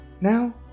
Now